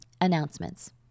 Announcements